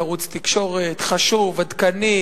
זה ערוץ תקשורת חשוב, עדכני,